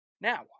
Now